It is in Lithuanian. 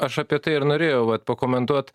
aš apie tai ir norėjau va pakomentuot